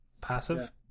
Passive